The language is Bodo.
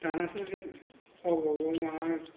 दानाथ' मा गावबा गाव माबा